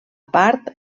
part